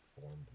formed